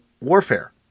warfare